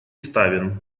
ставен